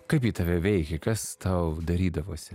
kaip ji tave veikė kas tau darydavosi